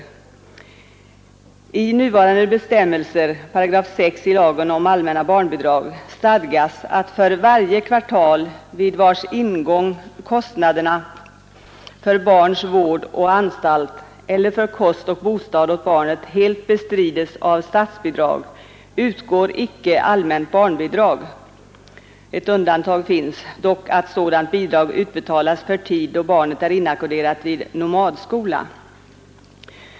Enligt nuvarande bestämmelser, 6 § lagen om allmänna barnbidrag, stadgas att för varje kvartal, vid vars ingång kostnaderna för barns vård å anstalt eller för kost och bostad åt barnet helt bestrides av statsbidrag, utgår icke allmänt barnbidrag. Ett undantag finns; allmänt barnbidrag utbetalas för tid då barnet är inackorderat vid nomadskola.